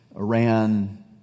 Iran